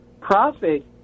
profit